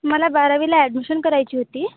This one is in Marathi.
मला बारावीला ॲडमिशन करायची होती